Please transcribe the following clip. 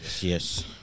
yes